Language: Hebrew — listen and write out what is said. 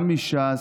גם מש"ס,